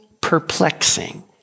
perplexing